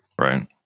right